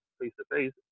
face-to-face